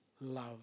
love